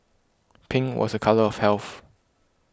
pink was a colour of health